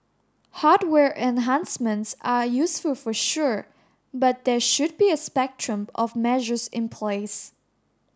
hardware enhancements are useful for sure but there should be a spectrum of measures in place